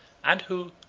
and who,